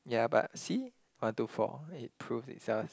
ya but see one two four it proved itself